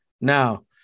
Now